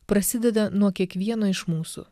prasideda nuo kiekvieno iš mūsų